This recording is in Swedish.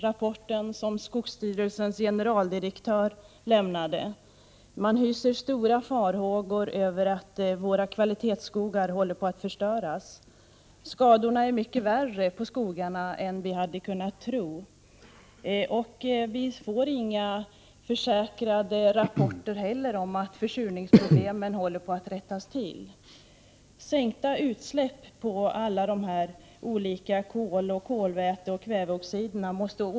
Rapporten lämnades av skogsstyrelsens generaldirektör. Man hyser stora farhågor för att våra kvalitetsskogar håller på att förstöras. Skadorna på skogen är mycket värre än vi hade kunnat tro. Vi får inte heller några rapporter som försäkrar att försurningsproblemet håller på att rättas till. Vi måste åstadkomma en minskning av utsläppen av kol, kolväte och kväveoxider.